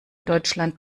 deutschland